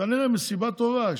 כנראה מסיבה טובה,